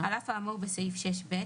"(ב)על אף האמור בסעיף 6(ב),